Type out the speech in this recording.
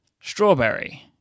Strawberry